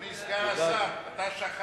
אדוני סגן השר, אתה שכחת